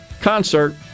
concert